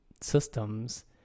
systems